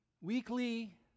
Weekly